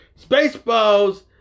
Spaceballs